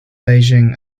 beijing